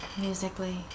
musically